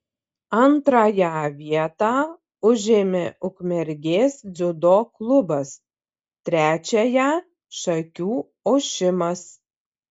antrąją vietą užėmė ukmergės dziudo klubas trečiąją šakių ošimas